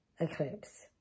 eclipse